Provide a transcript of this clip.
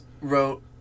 Wrote